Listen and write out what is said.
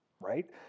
right